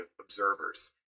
observers